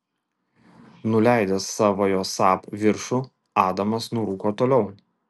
nuleidęs savojo saab viršų adamas nurūko toliau